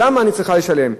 למה אני צריכה לשלם?